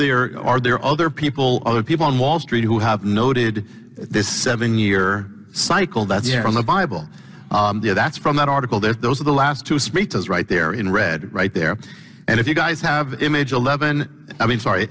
there are there other people other people on wall street who have noted this seven year cycle that's there on the bible that's from that article that those are the last two speeches right there in red right there and if you guys have image eleven i mean sorry